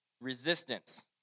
resistance